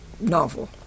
novel